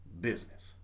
business